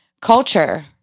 culture